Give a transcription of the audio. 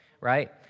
right